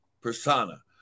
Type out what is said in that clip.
persona